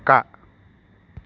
కుక్క